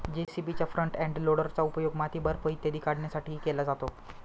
जे.सी.बीच्या front end लोडरचा उपयोग माती, बर्फ इत्यादी काढण्यासाठीही केला जातो